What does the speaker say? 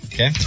Okay